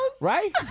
Right